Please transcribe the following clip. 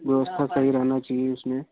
व्यवस्था सही रहनी चाहिए उसमें